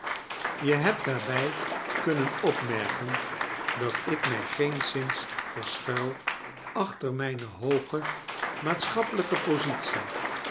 je hebt daarbij kunnen opmerken dat ik mij geenszins verschuil achter mijne hooge maatschappelijke positie